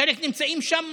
חלק נמצאים שם.